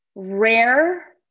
Rare